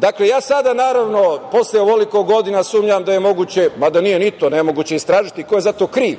toga. Ja sada, posle ovoliko godina, sumnjam da je moguće, mada nije ni to nemoguće, istražiti ko je za to kriv.